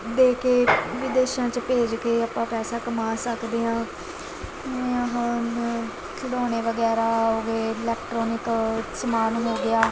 ਦੇ ਕੇ ਵਿਦੇਸ਼ਾਂ 'ਚ ਭੇਜ ਕੇ ਆਪਾਂ ਪੈਸਾ ਕਮਾ ਸਕਦੇ ਹਾਂ ਮੈਂ ਖਿਡੌਣੇ ਵਗੈਰਾ ਹੋ ਗਏ ਇਲੈਕਟਰੋਨਿਕ ਸਮਾਨ ਹੋ ਗਿਆ